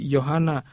Johanna